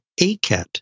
ACAT